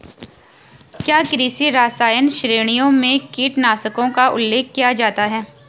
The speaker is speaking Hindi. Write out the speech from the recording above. क्या कृषि रसायन श्रेणियों में कीटनाशकों का उल्लेख किया जाता है?